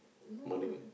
no